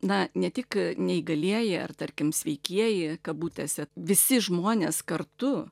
na ne tik neįgalieji ar tarkim sveikieji kabutėse visi žmonės kartu